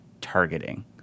targeting